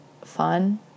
fun